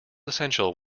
essential